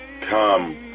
Come